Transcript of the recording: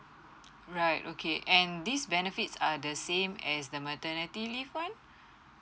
right okay and this benefits are the same as the maternity leave one